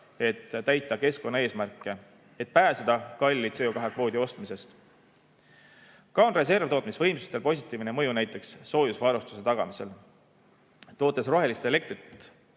et täita keskkonnaeesmärke ja pääseda kalli CO2‑kvoodi ostmisest. Ka on reservtootmisvõimsustel positiivne mõju näiteks soojusvarustuse tagamisele. Tootes rohelist elektrit